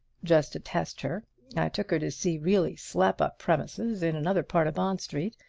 just to test her i took her to see really slap-up premises in another part of bond street.